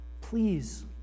Please